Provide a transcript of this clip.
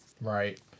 Right